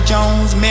Jones